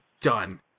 done